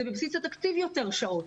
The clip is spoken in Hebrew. זה בבסיס התקציב יותר שעות.